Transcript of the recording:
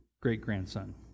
great-grandson